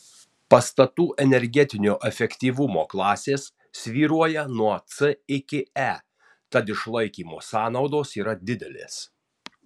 pastatų energetinio efektyvumo klasės svyruoja nuo c iki e tad išlaikymo sąnaudos yra didelės